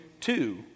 two